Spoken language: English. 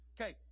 Okay